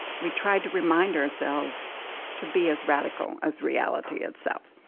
we tried to remind ourselves to be as radical as reality itself.